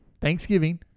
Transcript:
Thanksgiving